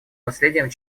наследием